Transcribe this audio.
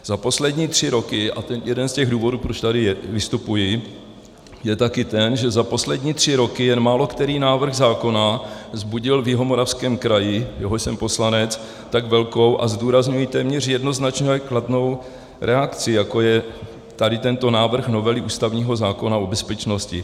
Za poslední tři roky, a to je jeden z důvodů, proč tady vystupuji, je také ten, že za poslední tři roky jen málokterý návrh zákona vzbudil v Jihomoravském kraji, jehož jsem poslanec, tak velkou, a zdůrazňuji, téměř jednoznačně kladnou reakci, jako je tady tento návrh novely ústavního zákona o bezpečnosti.